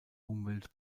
umwelt